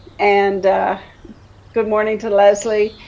and good morning to leslie.